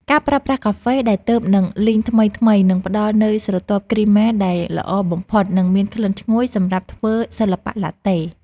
ការប្រើប្រាស់កាហ្វេដែលទើបនឹងលីងថ្មីៗនឹងផ្តល់នូវស្រទាប់គ្រីម៉ាដែលល្អបំផុត និងមានក្លិនឈ្ងុយសម្រាប់ធ្វើសិល្បៈឡាតេ។